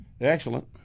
Excellent